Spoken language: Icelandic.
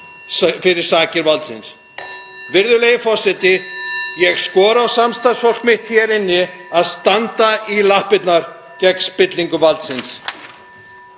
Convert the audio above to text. (Forseti hringir.) Virðulegi forseti. Ég skora á samstarfsfólk mitt hér inni að standa í lappirnar gegn spillingu valdsins.